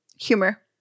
Humor